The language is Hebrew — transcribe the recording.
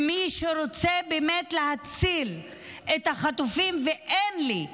מי שרוצה באמת להציל את החטופים, ואין לי,